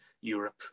europe